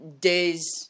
days